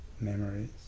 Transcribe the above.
memories